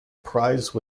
prize